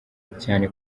cyane